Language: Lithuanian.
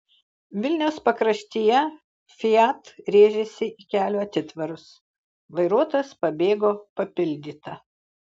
vilniaus pakraštyje fiat rėžėsi į kelio atitvarus vairuotojas pabėgo papildyta